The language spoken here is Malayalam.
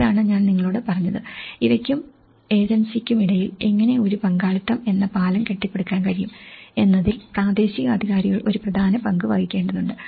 ഇതാണ് ഞാൻ നിങ്ങളോട് പറഞ്ഞത് ഇവയ്ക്കും ഏജൻസിക്കുമിടയിൽ എങ്ങനെ ഒരു പങ്കാളിത്തം എന്നപാലം കെട്ടിപ്പടുക്കാൻ കഴിയും എന്നതിൽ പ്രാദേശിക അധികാരികൾ ഒരു പ്രധാന പങ്ക് വഹിക്കേണ്ടതുണ്ട്